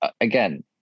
again